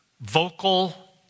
vocal